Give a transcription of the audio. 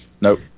Nope